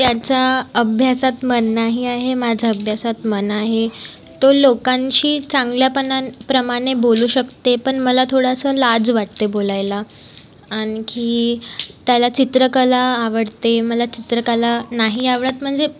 त्याचं अभ्यासात मन नाही आहे माझं अभ्यासात मन आहे तो लोकांशी चांगल्यापणा प्रमाणे बोलू शकते पण मला थोडासा लाज वाटते बोलायला आणखी त्याला चित्रकला आवडते मला चित्रकला नाही आवडत म्हणजे